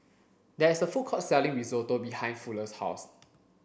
there is a food court selling Risotto behind Fuller's house